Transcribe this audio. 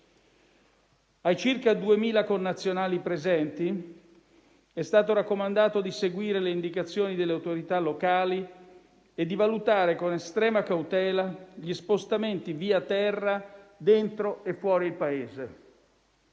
Ai circa 2.000 connazionali presenti è stato raccomandato di seguire le indicazioni delle autorità locali e di valutare con estrema cautela gli spostamenti via terra dentro e fuori il Paese.